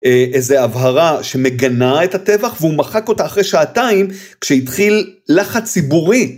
איזה הבהרה שמגנה את הטבח והוא מחק אותה אחרי שעתיים כשהתחיל לחץ ציבורי.